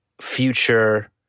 future